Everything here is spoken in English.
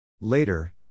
Later